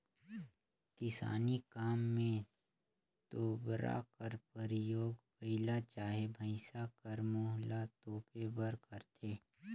किसानी काम मे तोबरा कर परियोग बइला चहे भइसा कर मुंह ल तोपे बर करथे